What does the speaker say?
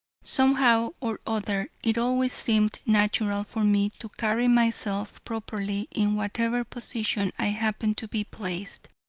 somehow or other, it always seemed natural for me to carry myself properly in whatever position i happened to be placed,